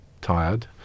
tired